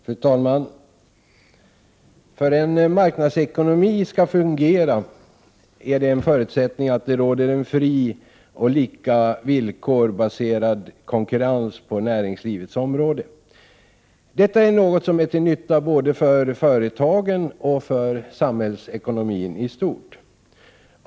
Fru talman! För att en marknadsekonomi skall fungera är det en förutsättning att det råder en fri och på lika villkor baserad konkurrens på näringslivets område. Detta är något som är till nytta både för företagen och för samhällsekonomin i stort.